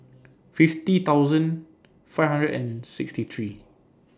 fifty thousand five hundred and sixty three